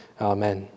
Amen